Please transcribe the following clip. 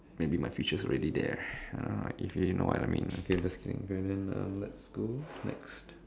maybe my future is already there uh if you know what I mean okay I'm just kidding and then um let's go next